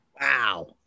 Wow